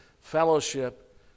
fellowship